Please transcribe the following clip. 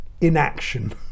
inaction